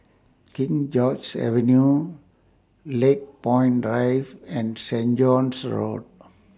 King George's Avenue Lakepoint Drive and Saint John's Road